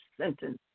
sentence